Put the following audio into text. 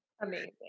Amazing